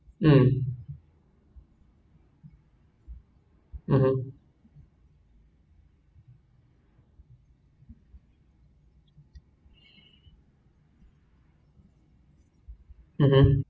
mm mmhmm